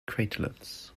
craterlets